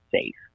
safe